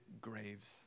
graves